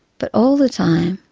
but all the time,